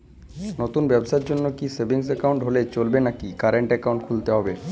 নতুন ব্যবসার জন্যে কি সেভিংস একাউন্ট হলে চলবে নাকি কারেন্ট একাউন্ট খুলতে হবে?